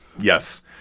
Yes